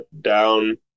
down